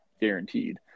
guaranteed